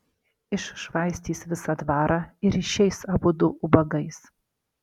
iššvaistys visą dvarą ir išeis abudu ubagais